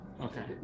Okay